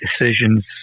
decisions